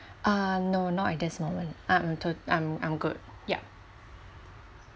uh no not at this moment I'm to~ I'm I'm good yup